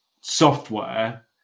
software